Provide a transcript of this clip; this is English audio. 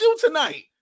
tonight